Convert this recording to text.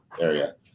area